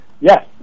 yes